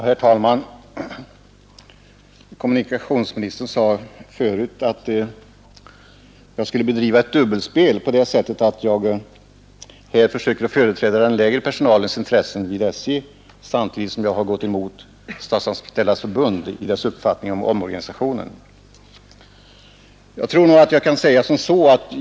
Herr talman! Kommunikationsministern sade förut att jag skulle bedriva ett dubbelspel genom att jag här försöker företräda den lägre personalens intressen vid SJ samtidigt som jag gått emot Statsanställdas förbunds uppfattning beträffande omorganisationen.